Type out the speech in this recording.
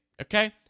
Okay